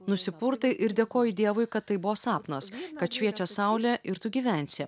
nusipurtai ir dėkoji dievui kad tai buvo sapnas kad šviečia saulė ir tu gyvensi